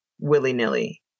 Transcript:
willy-nilly